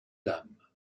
dame